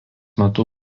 metu